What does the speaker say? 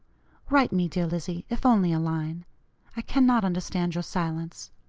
write me, dear lizzie, if only a line i cannot understand your silence.